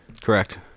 Correct